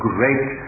Great